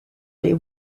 les